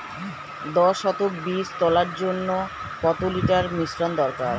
দশ শতক বীজ তলার জন্য কত লিটার মিশ্রন দরকার?